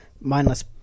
mindless